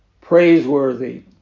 praiseworthy